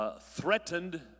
Threatened